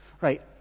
Right